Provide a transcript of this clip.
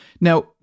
Now